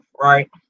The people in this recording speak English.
right